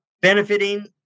benefiting